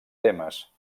temes